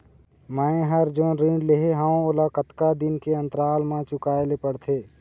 मैं हर जोन ऋण लेहे हाओ ओला कतका दिन के अंतराल मा चुकाए ले पड़ते?